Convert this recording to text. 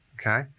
okay